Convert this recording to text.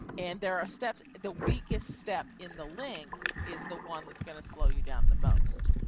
um and there are steps the weakest step in the link is the one that's going to slow you down the most.